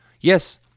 Yes